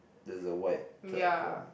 there's a white platform